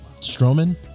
Strowman